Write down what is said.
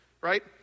right